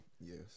Yes